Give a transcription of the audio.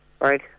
Right